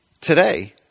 today